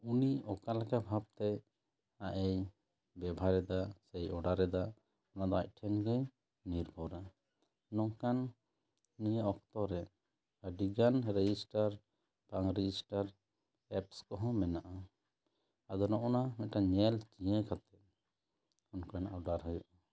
ᱩᱱᱤ ᱚᱠᱟ ᱞᱮᱠᱟ ᱵᱷᱟᱵᱛᱮᱭ ᱟᱡ ᱮ ᱵᱮᱵᱷᱟᱨ ᱮᱫᱟ ᱥᱮᱭ ᱚᱰᱟᱨ ᱮᱫᱟ ᱚᱱᱟ ᱫᱚ ᱟᱡ ᱴᱷᱮᱱ ᱜᱮ ᱱᱤᱨᱵᱷᱚᱨᱟ ᱱᱚᱝᱠᱟᱱ ᱱᱤᱭᱟᱹ ᱚᱠᱛᱚ ᱨᱮ ᱟᱹᱰᱤ ᱜᱟᱱ ᱨᱮᱡᱤᱥᱴᱟᱨ ᱵᱟᱝ ᱨᱮᱡᱤᱥᱴᱟᱨ ᱮᱯᱥ ᱠᱚᱦᱚᱸ ᱢᱮᱱᱟᱜᱼᱟ ᱟᱫᱚ ᱱᱚᱜᱱᱟ ᱢᱤᱫᱴᱟᱝ ᱧᱮᱞ ᱪᱤᱭᱟᱹ ᱠᱟᱛᱮ ᱚᱱᱠᱟᱱᱟᱜ ᱚᱰᱟᱨ ᱦᱩᱭᱩᱜᱼᱟ